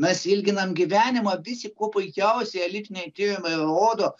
mes ilginam gyvenimą visi kuo puikiausiai elitiniai tyrimai rodo